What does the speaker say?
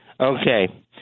Okay